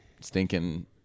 stinking